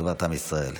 לטובת עם ישראל.